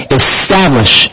establish